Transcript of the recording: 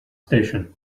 station